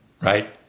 right